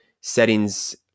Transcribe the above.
settings